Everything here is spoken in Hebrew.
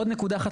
עוד נקודה אחת